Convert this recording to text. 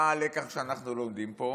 מה הלקח שאנחנו לומדים פה?